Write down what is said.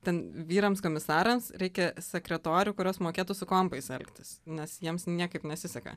ten vyrams komisarms reikia sekretorių kurios mokėtų su kompais elgtis nes jiems niekaip nesiseka